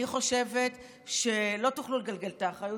אני חושבת שלא תוכלו לגלגל את האחריות,